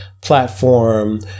platform